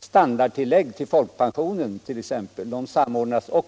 standardtillägg till folkpensionen samordnas bort.